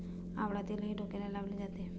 आवळा तेलही डोक्याला लावले जाते